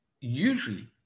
usually